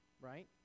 right